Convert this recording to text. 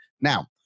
Now